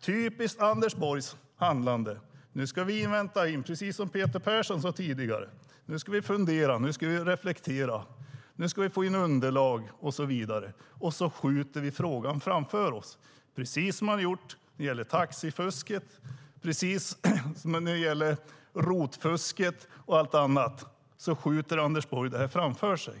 Typiskt för Anders Borg är, precis som Peter Persson sade tidigare, att ni nu ska fundera och reflektera, få in underlag och så vidare. Därigenom skjuter ni frågan framför er. Precis som med taxifusket, ROT-fusket och allt annat skjuter Anders Borg detta framför sig.